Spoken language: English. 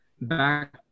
back